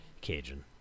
Cajun